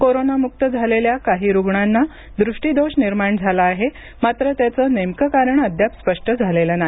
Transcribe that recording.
कोरोनामुक्त झालेल्या काही रुग्णांना दृष्टीदोष निर्माण झाला आहे मात्र त्याच नेमके कारण अद्याप स्पष्ट झालेले नाही